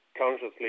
consciously